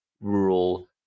rural